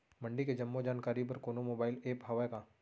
मंडी के जम्मो जानकारी बर कोनो मोबाइल ऐप्प हवय का?